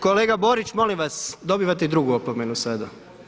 Kolega Borić, molim vas, dobivate i drugu opomenu sada.